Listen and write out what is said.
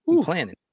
planning